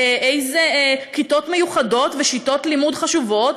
איזה כיתות מיוחדות ושיטות לימוד חשובות